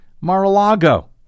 Mar-a-Lago